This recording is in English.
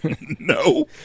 No